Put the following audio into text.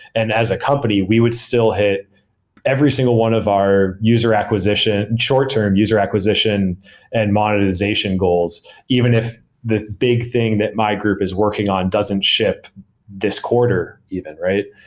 and as a company, we would still hit every single one of our user acquisition, short-term user acquisition and monetization goals even if the big thing that my group is working on doesn't ship this quarter even, right?